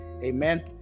Amen